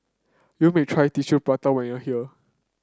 you may try Tissue Prata when you here